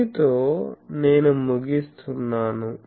దీనితో నేను ముగిస్తున్నాను